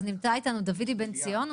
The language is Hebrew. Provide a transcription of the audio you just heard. אז נמצא איתנו דוידי בן ציון,